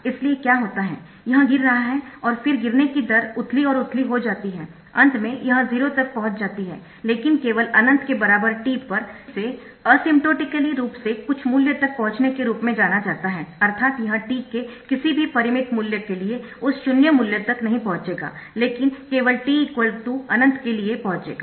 इसलिए क्या होता है यह गिर रहा है और फिर गिरने की दर उथली और उथली हो जाती है अंत में यह 0 तक पहुंच जाती है लेकिन केवल अनंत के बराबर t पर जिसे असिम्प्टोटिकली रूप से कुछ मूल्य तक पहुँचने के रूप में जाना जाता है अर्थात यह t के किसी भी परिमित मूल्य के लिए उस 0 मूल्य तक नहीं पहुँचेगा लेकिन केवल t अनंत के लिए पहुँचेगा